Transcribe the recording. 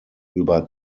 über